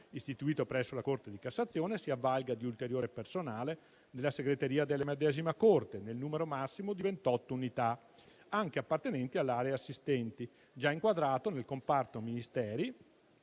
istituito presso la Corte di cassazione si avvalga di ulteriore personale della segreteria della medesima Corte, nel numero massimo di 28 unità, anche appartenenti all'area assistenti, già inquadrato nel comparto Ministeri